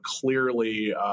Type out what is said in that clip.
clearly